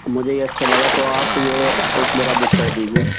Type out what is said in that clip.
مجھے یہ اچھا لگا تو آپ یہ ایک میرا بک کر دیجیے